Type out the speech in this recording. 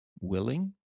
willing